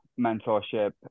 mentorship